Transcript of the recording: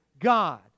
God